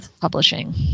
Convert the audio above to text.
Publishing